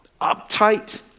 uptight